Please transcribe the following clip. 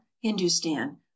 hindustan